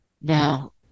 now